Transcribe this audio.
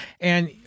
And-